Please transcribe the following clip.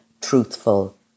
truthful